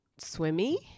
swimmy